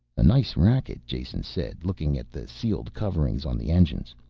a nice racket, jason said, looking at the sealed covering on the engines.